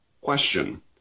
question